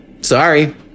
Sorry